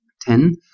Ten